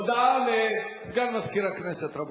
הודעה של סגן מזכיר הכנסת, רבותי.